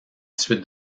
suite